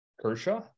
Kershaw